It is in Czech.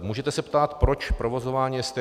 Můžete se ptát, proč provozování STK.